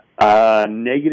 Negative